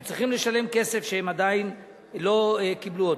הם צריכים לשלם כסף שהם עדיין לא קיבלו אותו.